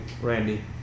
Randy